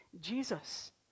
Jesus